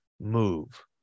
move